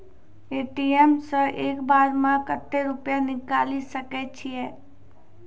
ATM सऽ एक बार म कत्तेक रुपिया निकालि सकै छियै?